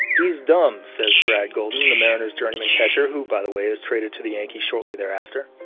he's dumb, says brad gulden, the mariners journeyman catcher, who, by the way, is traded to the yankees shortly thereafter.